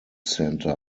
center